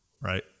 right